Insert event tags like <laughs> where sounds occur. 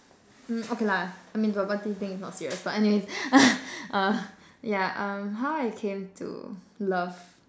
mm okay lah I mean bubble tea thing is not serious but anyway <laughs> uh ya um how I came to love